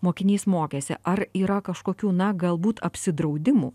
mokinys mokėsi ar yra kažkokių na galbūt apsidraudimų